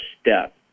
step